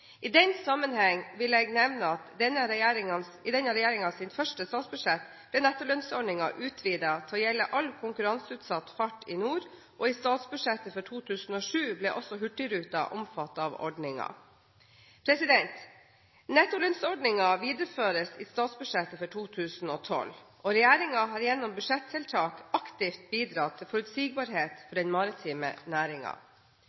I den sammenheng vil jeg nevne at i denne regjeringens første statsbudsjett ble nettolønnsordningen utvidet til å gjelde all konkurranseutsatt fart i NOR, og i statsbudsjettet for 2007 ble også Hurtigruten omfattet av ordningen. Nettolønnsordningen videreføres i statsbudsjettet for 2012, og regjeringen har gjennom budsjettiltak aktivt bidratt til forutsigbarhet